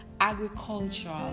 agricultural